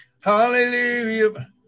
Hallelujah